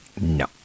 No